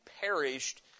perished